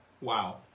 Wow